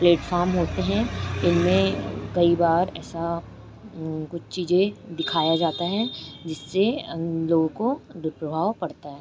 platform होते हैं इनमें कई बार ऐसा कुछ चीज़ें दिखाया जाता है जिससे लोगों को दुष्प्रभाव पड़ता है